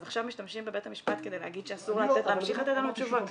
אז עכשיו משתמשים בבית המשפט כדי להגיד שאסור להמשיך לתת לנו תשובות?